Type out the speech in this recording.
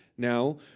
Now